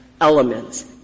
elements